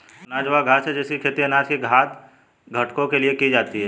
अनाज वह घास है जिसकी खेती अनाज के खाद्य घटकों के लिए की जाती है